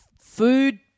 food